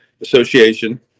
association